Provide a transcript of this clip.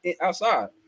outside